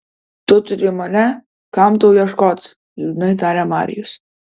tu turi mane kam tau ieškot liūdnai tarė marijus